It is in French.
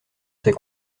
s’est